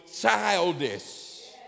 childish